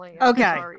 Okay